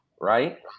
right